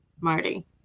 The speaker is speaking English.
marty